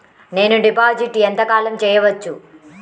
నేను డిపాజిట్ ఎంత కాలం చెయ్యవచ్చు?